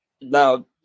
Now